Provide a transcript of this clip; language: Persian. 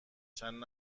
چند